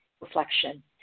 reflection